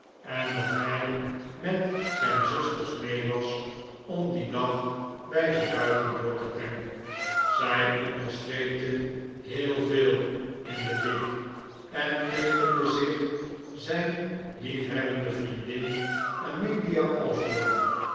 en dat hij met zijn zusters mee was om dien dag bij ze buiten door te brengen zij onderstreepte heel veel in den brief en teekende zich zijn liefhebbende vriendin amelia osborne